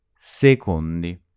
Secondi